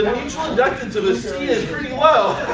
mutual conductance of the c is pretty low.